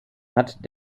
hat